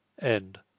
End